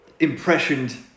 impressioned